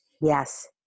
yes